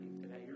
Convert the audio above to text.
today